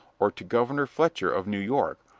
or to governor fletcher of new york,